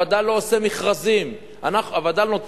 הווד"ל לא עושה מכרזים,